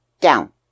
down